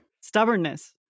Stubbornness